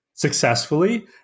successfully